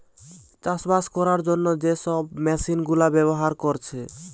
চাষবাস কোরার জন্যে যে সব মেশিন গুলা ব্যাভার কোরছে